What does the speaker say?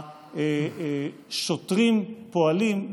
השוטרים פועלים,